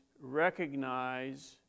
recognize